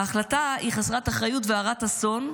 ההחלטה היא חסרת אחריות והרת אסון,